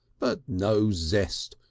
but no zest.